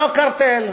לא קרטל.